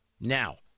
Now